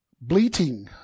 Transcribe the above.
Bleating